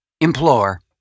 implore